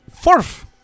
Fourth